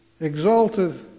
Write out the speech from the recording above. exalted